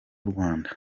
rwanda